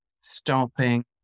stopping